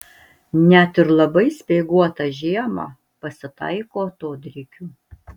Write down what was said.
net ir labai speiguotą žiemą pasitaiko atodrėkių